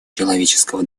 человеческого